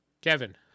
Kevin